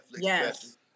Yes